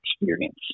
experience